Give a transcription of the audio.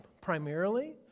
primarily